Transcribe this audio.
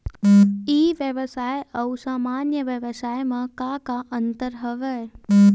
ई व्यवसाय आऊ सामान्य व्यवसाय म का का अंतर हवय?